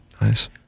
Nice